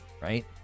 right